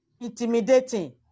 intimidating